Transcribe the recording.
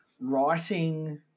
writing